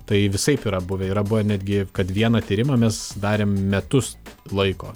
tai visaip yra buvę yra buvę netgi kad vieną tyrimą mes darėm metus laiko